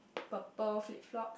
purple flip flop